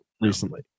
recently